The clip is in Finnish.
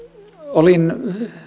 olin